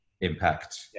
impact